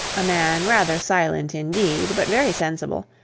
a man rather silent indeed, but very sensible,